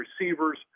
receivers